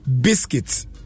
biscuits